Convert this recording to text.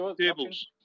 tables